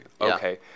okay